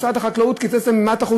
משרד החקלאות קיצץ להם ב-100%,